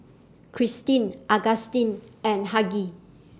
Kristen Augustin and Hughie